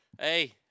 Hey